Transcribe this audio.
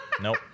Nope